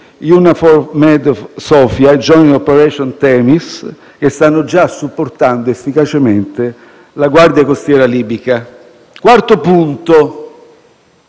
operation Sophia e Joint Operation Themis, che stanno già supportando efficacemente la Guardia costiera libica. Quarto